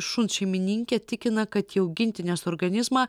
šuns šeimininkė tikina kad į augintinės organizmą